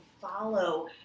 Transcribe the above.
follow